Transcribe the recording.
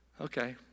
Okay